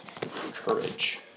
courage